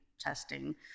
testing